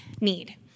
need